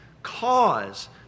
Cause